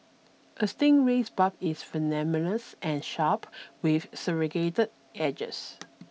a stingray's barb is venomous and sharp with serragated edges